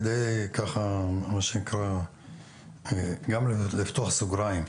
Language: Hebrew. אני מבקש לפתוח כאן סוגריים.